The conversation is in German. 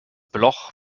bloch